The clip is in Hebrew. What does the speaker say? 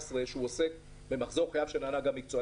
שעוסק במחזור חייו של הנהג המקצועי.